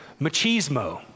machismo